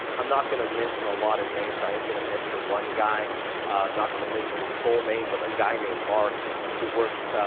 i'm not going to mention a lot of names. i am going to mention one guy. i'm not going to mention his full name, but a guy named mark who works